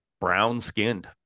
brown-skinned